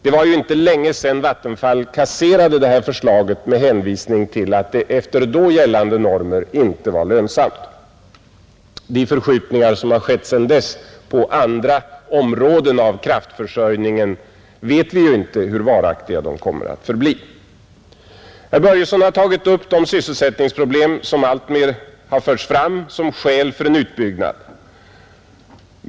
Det var ju inte länge sedan Vattenfall kasserade detta förslag med hänvisning till att det efter då gällande normer inte var lönsamt. De förskjutningar som har skett sedan dess på andra områden av kraftförsörjningen vet vi ju inte hur varaktiga de kommer att bli. Herr Börjesson i Glömminge har tagit upp de sysselsättningsproblem som alltmer förts fram som skäl för en utbyggnad.